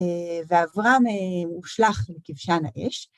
‫ואברהם הושלך מכבשן האש.